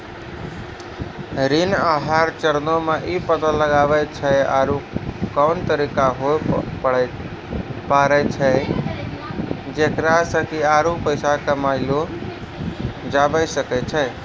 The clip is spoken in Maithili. ऋण आहार चरणो मे इ पता लगाबै छै आरु कोन तरिका होय पाड़ै छै जेकरा से कि आरु पैसा कमयलो जाबै सकै छै